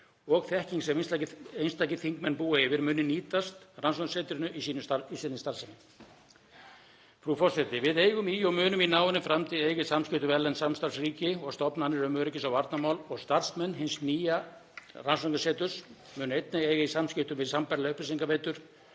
og þekking sem einstakir þingmenn búa yfir muni nýtast rannsóknarsetrinu í sinni starfsemi. Frú forseti. Við eigum og munum í náinni framtíð eiga í samskiptum við erlend samstarfsríki og stofnanir um öryggis- og varnarmál. Starfsmenn hins nýja rannsóknarseturs munu einnig eiga í samskiptum við sambærilegar upplýsingaveitur